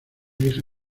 hija